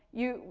you,